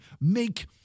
make